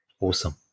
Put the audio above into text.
awesome